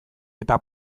eta